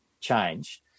change